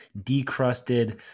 decrusted